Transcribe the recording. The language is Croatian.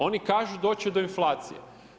Oni kažu doći će do inflacije.